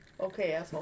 Okay